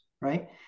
right